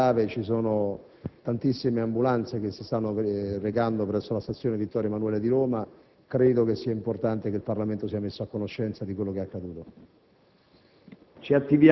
un episodio molto grave, ci sono tantissime ambulanze che si stanno recando presso la stazione Vittorio Emanuele della metropolitana di Roma; credo sia importante che il Parlamento venga messo a conoscenza di quanto è accaduto.